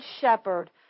shepherd